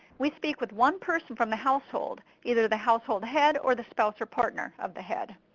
we speak with one person from the household either the household head or the spouse or partner of the head.